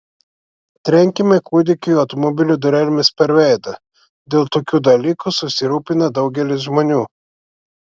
trenkėme kūdikiui automobilio durelėmis per veidą dėl tokių dalykų susirūpina daugelis žmonių